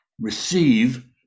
Receive